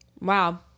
wow